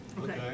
Okay